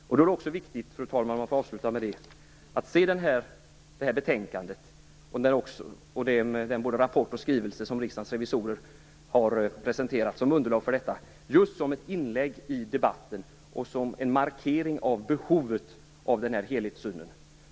Det är därför viktigt att se detta betänkande och den rapport och den skrivelse som Riksdagens revisorer presenterat som underlag för detta just som ett inlägg i debatten och som en markering av behovet av helhetssynen.